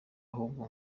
ahubwo